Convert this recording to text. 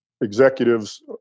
executives